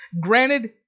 granted